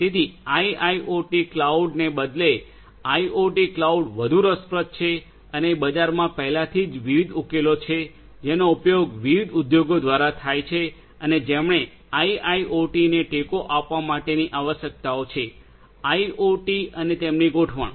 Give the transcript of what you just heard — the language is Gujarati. તેથી આઈઆઈઓટી ક્લાઉડને બદલે આઈઓટી ક્લાઉડ વધુ રસપ્રદ છે અને બજારમાં પહેલાથી જ વિવિધ ઉકેલો છે જેનો ઉપયોગ વિવિધ ઉદ્યોગો દ્વારા થાય છે અને જેમણે આઇઆઈઓટીને ટેકો આપવા માટેની આવશ્યકતા છે આઇઓટી અને તેમની ગોઢવણ